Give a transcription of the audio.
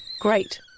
Great